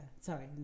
Sorry